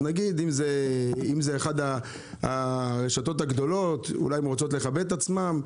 אם זה אחת הרשתות הגדולות, אולי רוצות לכבד עצמן,